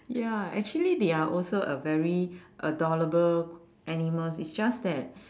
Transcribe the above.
ya actually they are also a very adorable animals it's just that